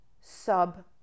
Sub